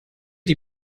die